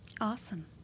Awesome